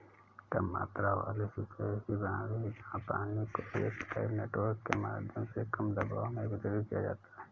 कम मात्रा वाली सिंचाई ऐसी प्रणाली है जहाँ पानी को एक पाइप नेटवर्क के माध्यम से कम दबाव में वितरित किया जाता है